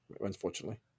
unfortunately